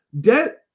Debt